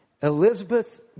Elizabeth